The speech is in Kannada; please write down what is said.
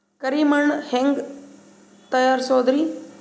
ಕರಿ ಮಣ್ ಹೆಂಗ್ ತಯಾರಸೋದರಿ?